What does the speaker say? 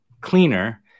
cleaner